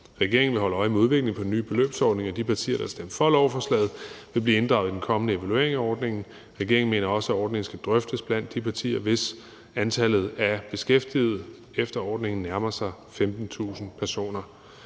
Regeringen vil holde øje med udviklingen på den nye beløbsordning, og de partier, der har stemt for lovforslaget, vil blive inddraget i den kommende evaluering af ordningen. Regeringen mener også, at ordningen skal drøftes blandt de partier, hvis antallet af beskæftigede efter ordningen nærmer sig 15.000 personer.